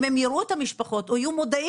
אם הם יראו את המשפחות או יהיו מודעים